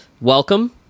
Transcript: welcome